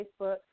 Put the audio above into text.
Facebook